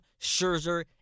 Scherzer